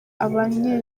abanye